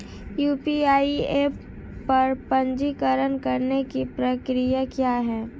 UPI app पर पंजीकरण करने की प्रक्रिया क्या है?